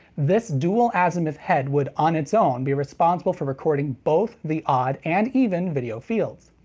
this dual azimuth head would on its own be responsible for recording both the odd and even video fields.